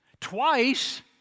twice